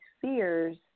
fears